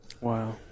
Wow